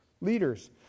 Leaders